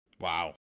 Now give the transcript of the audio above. Wow